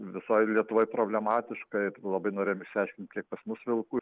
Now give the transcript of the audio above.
visoj lietuvoj problematiška ir labai norėjom išsiaiškint kiek pas mus vilkų